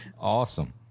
Awesome